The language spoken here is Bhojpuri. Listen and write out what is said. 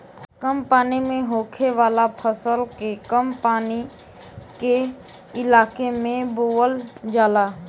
कम पानी में होखे वाला फसल के कम पानी के इलाके में बोवल जाला